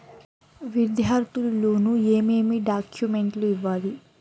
విద్యార్థులు లోను ఏమేమి డాక్యుమెంట్లు ఇవ్వాలి?